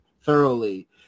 thoroughly